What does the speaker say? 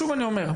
שוב אני אומר,